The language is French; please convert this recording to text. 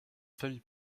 famille